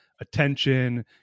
attention